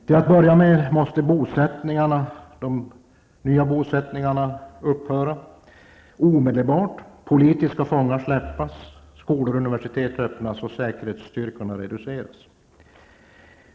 Till att börja med måste de nya bosättningarna upphöra omedelbart, politiska fångar släppas, skolor och universitet öppnas och säkerhetsstyrkorna reduceras.